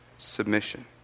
Submission